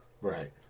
Right